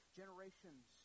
generations